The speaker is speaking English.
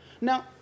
Now